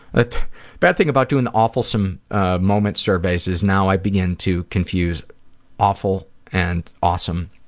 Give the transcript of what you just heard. but bad thing about doing the awfulsome ah moment surveys is now i begin to confuse awful and awesome.